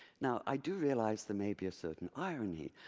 now, i do realize there may be a certain irony,